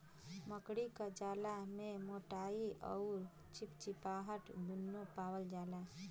मकड़ी क जाला में मोटाई अउर चिपचिपाहट दुन्नु पावल जाला